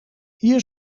hier